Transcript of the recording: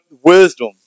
wisdom